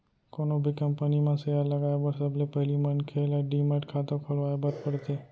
कोनो भी कंपनी म सेयर लगाए बर सबले पहिली मनखे ल डीमैट खाता खोलवाए बर परथे